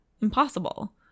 Impossible